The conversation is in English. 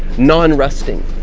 non-rusting,